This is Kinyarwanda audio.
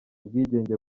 ubwigenge